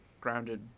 grounded